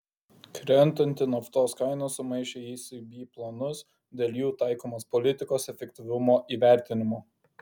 krentanti naftos kaina sumaišė ecb planus dėl jų taikomos politikos efektyvumo įvertinimo